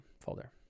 folder